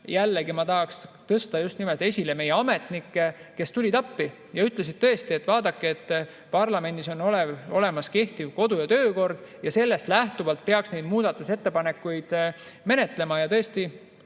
jällegi tahaks tõsta esile just nimelt meie ametnikke, kes tulid appi ja ütlesid, et vaadake, parlamendis on olemas kehtiv kodu‑ ja töökord ja sellest lähtuvalt peaks neid muudatusettepanekuid menetlema. Ja me